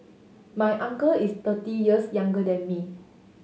my uncle is thirty years younger than me